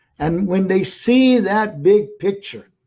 and when they see that big picture,